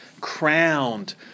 crowned